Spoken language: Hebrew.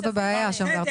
זאת הבעיה שם.